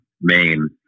Maine